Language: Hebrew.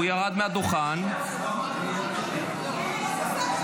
הוא ירד מהדוכן --- הוא אמר את מה שצריך?